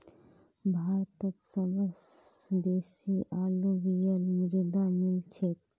भारतत सबस बेसी अलूवियल मृदा मिल छेक